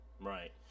Right